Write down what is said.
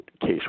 case